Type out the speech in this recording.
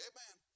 Amen